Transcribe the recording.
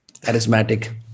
charismatic